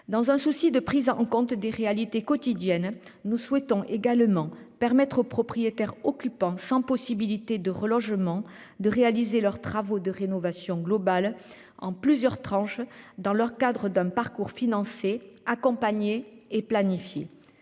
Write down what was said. dans un souci de prise en compte des réalités quotidiennes. Nous souhaitons également permettre aux propriétaires occupants sans possibilité de relogement de réaliser leurs travaux de rénovation globale en plusieurs tranches dans leur cadre d'un parcours financer accompagné et planifié.